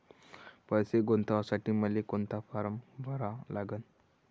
पैसे गुंतवासाठी मले कोंता फारम भरा लागन?